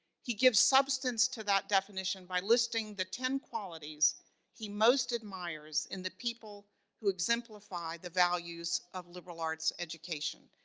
he gives substance to that definition by listing the ten qualities he most admires in the people who exemplified the values of liberal arts education.